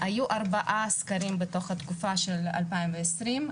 היו ארבעה סקרים בתוך התקופה של 2020,